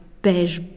beige